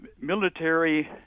military